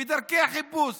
מה דרכי החיפוש